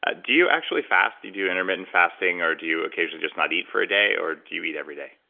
ah do you actually fast? do you do intermittent fasting or do you occasionally just not eat for a day or do you eat every day?